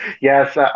yes